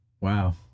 Wow